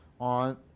on